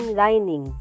lining